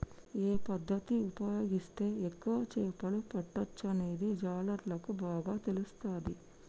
ఏ పద్దతి ఉపయోగిస్తే ఎక్కువ చేపలు పట్టొచ్చనేది జాలర్లకు బాగా తెలుస్తది